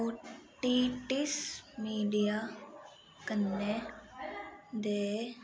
ओटिडिस media कन्नै दे